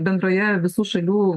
bendroje visų šalių